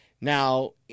Now